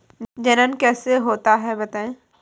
जनन कैसे होता है बताएँ?